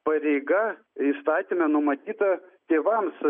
pareiga įstatyme numatyta tėvams